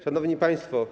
Szanowni Państwo!